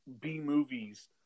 B-movies